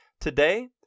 Today